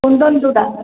କୁନ୍ଦନ ଯେଉଁଟା